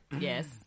Yes